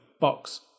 box